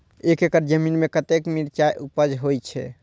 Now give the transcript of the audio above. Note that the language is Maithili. एक एकड़ जमीन में कतेक मिरचाय उपज होई छै?